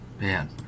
Man